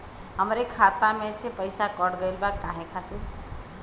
हमरे खाता में से पैसाकट गइल बा काहे खातिर?